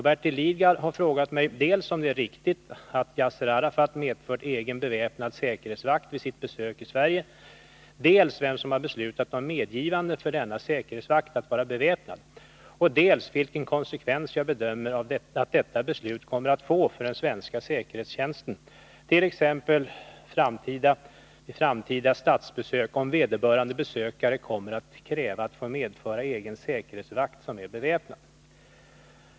Bertil Lidgard har frågat mig dels om det är riktigt att Yasser Arafat medfört egen beväpnad säkerhetsvakt vid sitt besök i Sverige, dels vem som har beslutat om medgivande för denna säkerhetsvakt att vara beväpnad, och dels vilken konsekvens jag bedömer att detta beslut kommer att få för den svenska säkerhetstjänsten vid t.ex. framtida statsbesök, om vederbörande besökande kommer att kräva att få medföra egen säkerhetsvakt som är beväpnad.